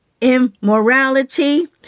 immorality